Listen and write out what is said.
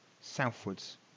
southwards